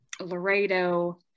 laredo